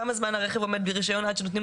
כמה זמן הרכב עומד בלי רישיון עד שנותנים